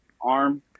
arm